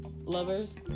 lovers